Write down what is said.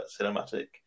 cinematic